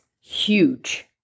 huge